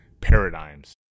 paradigms